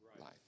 life